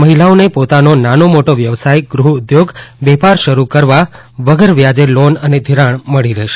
મહિલાઓને પોતાનો નાનો મોટો વ્યવસાય ગૃહ ઉદ્યોગ વેપાર શરૂ કરવા વગર વ્યાજે લોન અને ધીરાણ મળી રહેશે